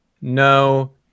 No